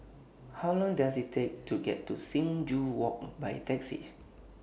How Long Does IT Take to get to Sing Joo Walk By Taxi